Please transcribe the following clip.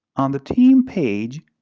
on the team page,